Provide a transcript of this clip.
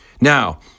Now